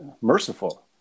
merciful